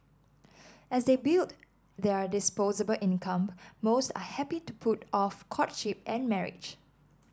as they build their disposable income most are happy to put off courtship and marriage